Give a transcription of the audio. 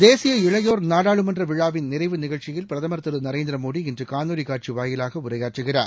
தேசிய இளையோர் நாடாளுமன்ற விழாவின் நிறைவு நிகழ்ச்சியில் பிரதமர் திரு நரேந்திர மோடி இன்று காணொலி காட்சி வாயிலாக உரையாற்றுகிறார்